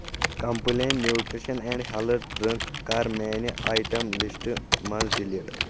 Complan nutrition and health drink کَر میانہِ item list منٛز ڈلیٖٹ